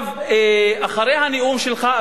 אחרי הנאום שלך,